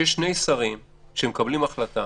שיש שני שרים שמקבלים החלטה